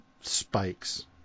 spikes